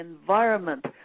environment